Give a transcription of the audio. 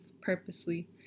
purposely